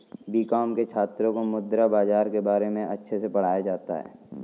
BCom के छात्रों को मुद्रा बाजार के बारे में अच्छे से पढ़ाया जाता है